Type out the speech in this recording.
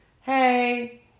Hey